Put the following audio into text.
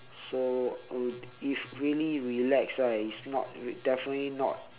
so uh if really relax right it's not definitely not in